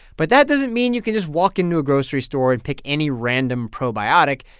but that doesn't mean you can just walk into a grocery store and pick any random probiotic.